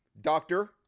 doctor